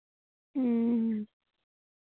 ᱦᱩᱸᱻ